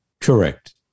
Correct